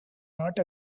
not